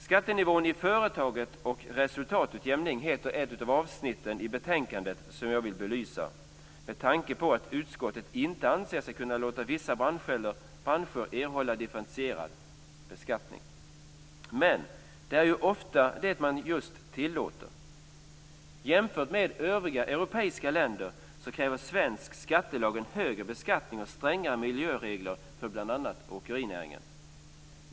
"Skattenivå i företaget, resultatutjämning" heter ett av avsnitten i betänkandet som jag vill belysa, med tanke på att utskottet inte anser sig kunna låta vissa branscher erhålla differentierad beskattning. Men det är ju ofta det man tillåter. Jämfört med övriga europeiska länder kräver svensk skattelag en högre beskattning och strängare miljöregler för bl.a. åkerinäringen.